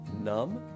numb